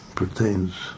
pertains